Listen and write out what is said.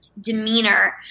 demeanor